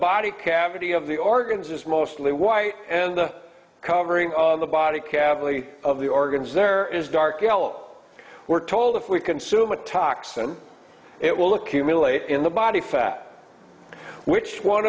body cavity of the organs is mostly white and covering the body cavity of the organs there is dark yellow we're told if we consume a toxin it will accumulate in the body fat which one